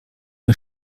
mir